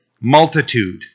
multitude